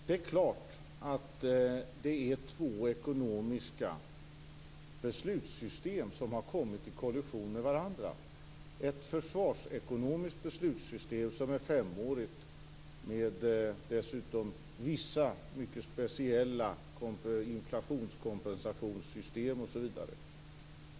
Fru talman! Det är klart att det är två ekonomiska beslutssystem som har kommit i kollision med varandra. Det är ett försvarsekonomiskt beslutssystem, som är femårigt, dessutom med vissa mycket speciella inflationskompensationssystem, osv.